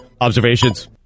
observations